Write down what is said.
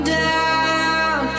down